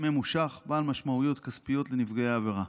ממושך בעל משמעויות כספיות לנפגעי העבירה.